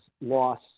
loss